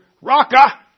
Raka